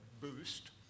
boost